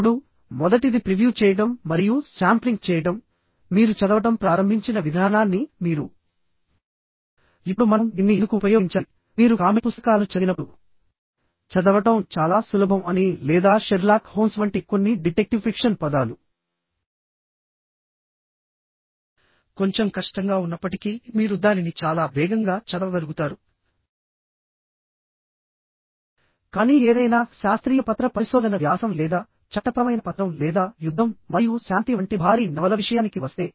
ఇప్పుడుమొదటిది preview చేయడం మరియు sampling చేయడం మీరు చదవడం ప్రారంభించిన విధానాన్ని మీరు అర్థం చేసుకుంటే ఇప్పుడు మనం దీన్ని ఎందుకు ఉపయోగించాలి మీరు కామిక్ పుస్తకాలను చదివినప్పుడు చదవడం చాలా సులభం అని లేదా షెర్లాక్ హోమ్స్ వంటి కొన్ని డిటెక్టివ్ ఫిక్షన్ పదాలు కొంచెం కష్టంగా ఉన్నప్పటికీ మీరు దానిని చాలా వేగంగా చదవగలుగుతారు కానీ ఏదైనా శాస్త్రీయ పత్ర పరిశోధన వ్యాసం లేదా చట్టపరమైన పత్రం లేదా యుద్ధం మరియు శాంతి వంటి భారీ నవల విషయానికి వస్తే